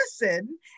listen